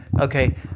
okay